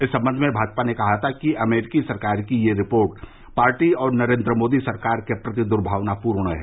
इस संबंध में भाजपा ने कहा था कि अमरीकी सरकार की यह रिपोर्ट पार्टी और नरेन्द्र मोदी सरकार के प्रति द्र्भावनापूर्ण है